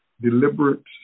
deliberate